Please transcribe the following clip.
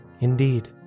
Indeed